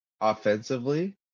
offensively